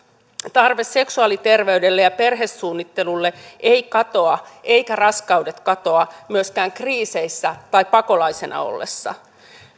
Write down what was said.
tarve seksuaaliterveydelle ja perhesuunnittelulle ei katoa eivätkä raskaudet katoa myöskään kriiseissä tai pakolaisena ollessa